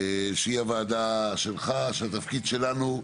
שהיא הוועדה שלך, של התפקיד שלנו,